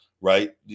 right